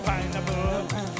Pineapple